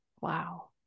Wow